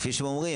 כפי שהם אומרים,